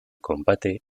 combate